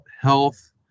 health